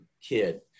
kid